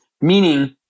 Meaning